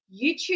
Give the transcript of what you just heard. YouTube